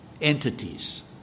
entities